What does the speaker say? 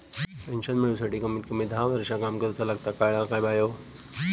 Pension मिळूसाठी कमीत कमी दहा वर्षां काम करुचा लागता, कळला काय बायो?